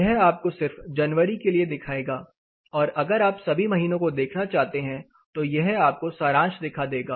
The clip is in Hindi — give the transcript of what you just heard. यह आपको सिर्फ जनवरी के लिए दिखाएगा और अगर आप सभी महीनों का देखना चाहते हैं तो यह आपको सारांश दिखा देगा